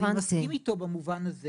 ואני מסכים במובן הזה